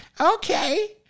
okay